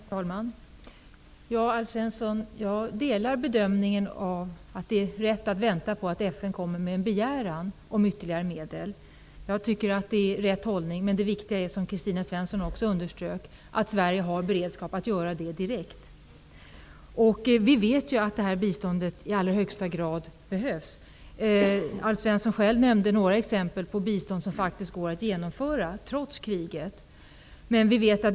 Herr talman! Till Alf Svensson vill jag säga att jag delar bedömningen att det är rätt att vänta på att FN kommer med en begäran om ytterligare medel. Det viktiga är dock, som Kristina Svensson också underströk, att Sverige har beredskap att direkt göra det. Vi vet att biståndet i allra högsta grad behövs. Alf Svensson gav själv exempel på bistånd som faktiskt går att genomföra trots kriget.